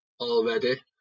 already